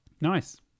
Nice